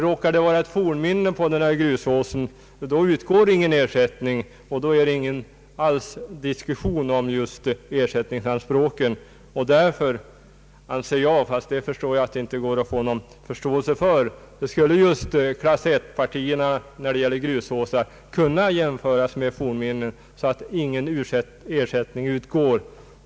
Råkar det finnas ett fornminne på grusåsen i fråga utgår ingen ersättning. Då blir det över huvud taget ingen diskussion om ersättningsanspråk. Därför anser jag, fastän det väl inte går att få förståelse för denna uppfattning, att grusåsar av klass 1 borde kunna jämföras med fornminnen, så att ingen ersättning skall utgå.